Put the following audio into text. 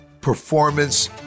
performance